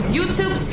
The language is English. YouTube